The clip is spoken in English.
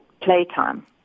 playtime